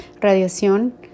radiación